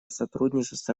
сотрудничество